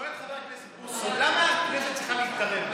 שואל חבר הכנסת בוסו למה הכנסת צריכה להתערב.